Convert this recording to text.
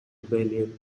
rebellion